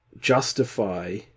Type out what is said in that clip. justify